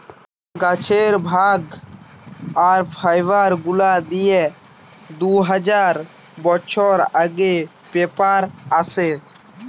গাছের ভাগ আর ফাইবার গুলা দিয়ে দু হাজার বছর আগে পেপার আসে